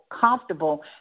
comfortable